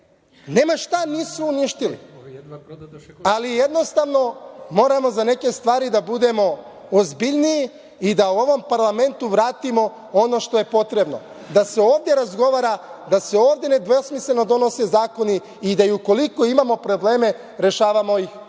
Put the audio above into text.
nema šta nisu uništili. Jednostavno, moramo za neke stvari da budemo ozbiljniji i da ovom parlamentu vratimo ono što je potrebno, da se ovde razgovara, da se ovde nedvosmisleno donose zakoni i da i ukoliko imamo probleme, rešavamo ih ovde